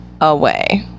away